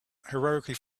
heroically